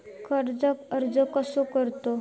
कर्जाक अर्ज कसो करूचो?